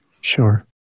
Sure